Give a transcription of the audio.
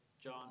John